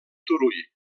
turull